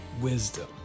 wisdom